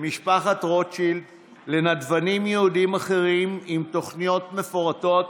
למשפחת רוטשילד ולנדבנים יהודים אחרים עם תוכניות מפורטות